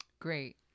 great